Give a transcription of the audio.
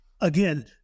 again